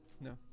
No